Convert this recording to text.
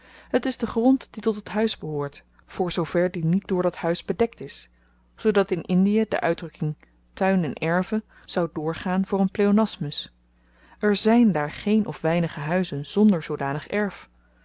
het is de grond die tot het huis behoort voor zoo ver die niet door dat huis bedekt is zoodat in indie de uitdrukking tuin en erve zou doorgaan voor een pleonasmus er zyn daar geen of weinige huizen zonder zoodanig erf